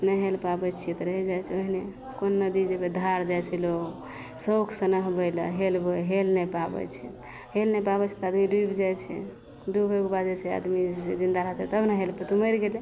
नहि हेल पाबय छियै तऽ रहि जाइ छियै ओहने नदी जेबय धार जाइ छै लोग सौखसँ नहबय लए हेलबय हेल नहि पाबय छै हेल नहि पाबय छै तऽ आदमी डुबि जाइ छै डुबयके बाद जे छै आदमी जिन्दा रहतय तब ने हेल पइतय उ मरि गेलय